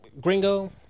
gringo